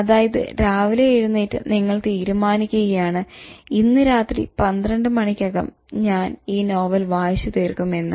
അതായത് രാവിലെ എഴുന്നേറ്റ് നിങ്ങൾ തീരുമാനിക്കുകയാണ് "ഇന്ന് രാത്രി 12 മണിക്കകം ഞാൻ ഈ നോവൽ വായിച്ചു തീർക്കും" എന്ന്